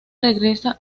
regresa